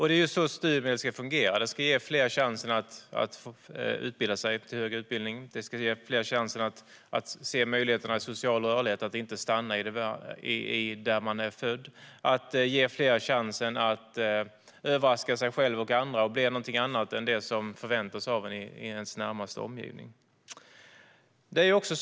Det är så studiemedel ska fungera; de ska ge fler chansen att utbilda sig i högre utbildning, och de ska ge fler chansen att se möjligheterna till social rörlighet och att inte stanna där man är född. Studiemedel ska ge fler chansen att överraska sig själva och andra och bli någonting annat än det som förväntas av en i ens närmaste omgivning. Fru talman!